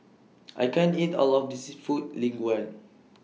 I can't eat All of This Seafood Linguine